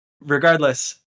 Regardless